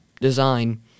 design